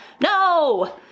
No